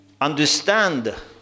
understand